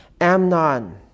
Amnon